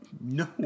No